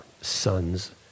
sons